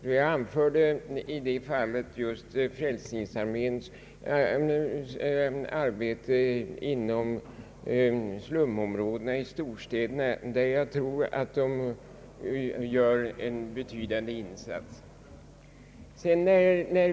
Jag anförde i detta fall som exempel just Frälsningsarméns arbete inom slumområdena i storstäderna där de, såvitt jag kan förstå, gör en betydande insats.